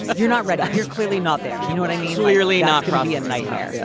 but you're not ready. you're clearly not there. you know what i mean? clearly not. griffieon nightmare. yeah